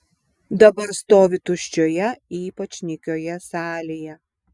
dabar stovi tuščioje ypač nykioje salėje